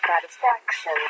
Satisfaction